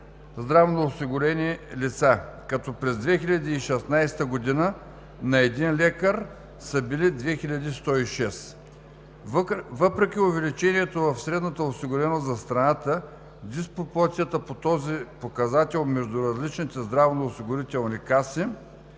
здравноосигурени лица, като през 2016 г. на един лекар са били 2106. Въпреки увеличението в средната осигуреност в страната, диспропорцията по този показател между различните здравноосигурителни каси,